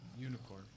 Unicorn